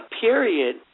period